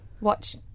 watch